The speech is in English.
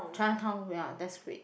Chinatown ya that's great